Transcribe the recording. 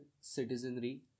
citizenry